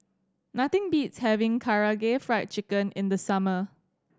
nothing beats having Karaage Fried Chicken in the summer